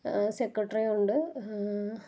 secretary ഉണ്ട്